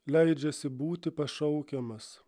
leidžiasi būti pašaukiamas